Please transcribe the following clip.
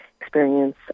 experience